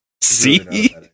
See